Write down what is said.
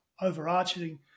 overarching